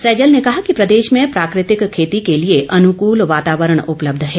सैजल ने कहा कि प्रदेश में प्राकृतिक खेती के लिए अनुकूल वातावरण उपलब्ध है